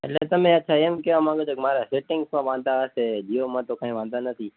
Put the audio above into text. એટલે તમે અચ્છા તમે અમ કહેવા માગો છો કે મારા સેટિંગમાં વાંધા હશે જીયોમાંતો કંઇ વાંધા નથી